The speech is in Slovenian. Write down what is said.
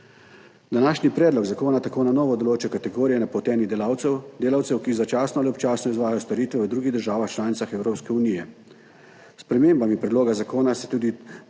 Današnji predlog zakona tako na novo določa kategorijo napotenih delavcev, ki začasno ali občasno izvajajo storitve v drugih državah članicah Evropske unije. S spremembami predloga zakona se tudi bolj